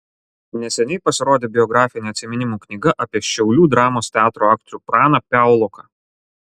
neseniai pasirodė biografinė atsiminimų knyga apie šiaulių dramos teatro aktorių praną piauloką